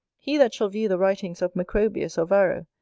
he that shall view the writings of macrobius, or varro,